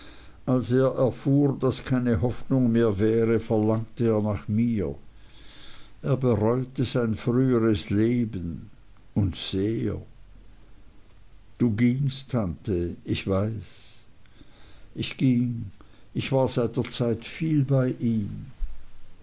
er erfuhr daß keine hoffnung mehr wäre verlangte er nach mir er bereute sein früheres leben und sehr du gingst tante ich weiß ich ging ich war seit der zeit viel bei ihm